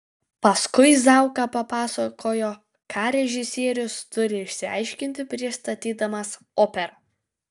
paskui zauka pasakojo ką režisierius turi išsiaiškinti prieš statydamas operą